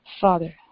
Father